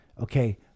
Okay